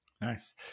Nice